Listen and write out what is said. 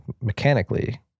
mechanically